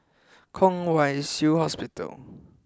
Kwong Wai Shiu Hospital